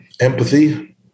empathy